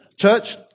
Church